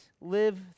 live